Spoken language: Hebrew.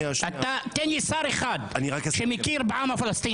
תן לי שר אחד שמכיר בעם הפלסטיני.